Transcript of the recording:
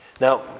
Now